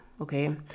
okay